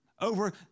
over